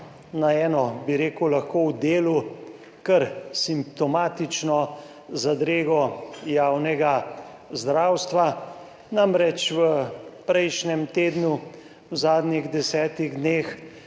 na eno, bi rekel, lahko v delu kar simptomatično zadrego javnega zdravstva. Namreč, v prejšnjem tednu, v zadnjih desetih dneh